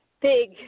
Big